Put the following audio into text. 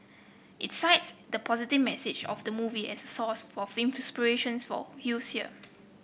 it cites the positive message of the movie as source for inspiration for youths here